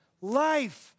life